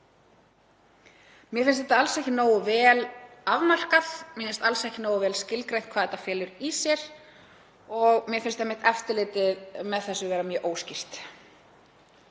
Mér finnst þetta alls ekki nógu vel afmarkað. Mér finnst það alls ekki nógu vel skilgreint hvað þetta felur í sér og mér finnst einmitt eftirlitið með þessu vera mjög óskýrt.